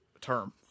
term